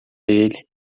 ele